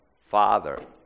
Father